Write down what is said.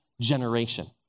generation